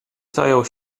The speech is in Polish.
zajął